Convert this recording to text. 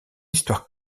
histoire